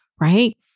right